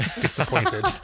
Disappointed